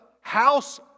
house